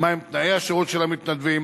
מהם תנאי השירות של המתנדבים,